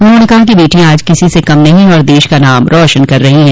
उन्होंने कहा कि बेटिया आज किसी से कम नहीं है और देश का नाम रौशन कर रही है